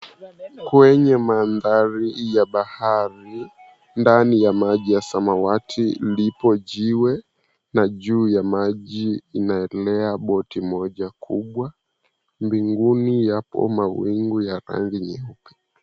Kwenye mandhari ya bahari ndani ya maji ya samawati, lipo jiwe na juu ya maji inalea boti moja kubwa mbinguni yapo mawingu ya rangi nyeupe.